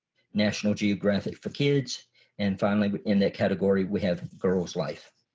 national geographic for kids and finally but in that category we have girls life.